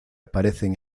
aparecen